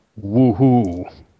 woohoo